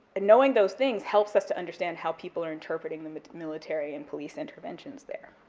and knowing those things helps us to understand how people are interpreting the military and police interventions there,